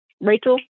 Rachel